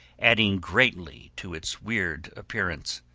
adding greatly to its weird appearance.